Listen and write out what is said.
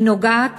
היא נוגעת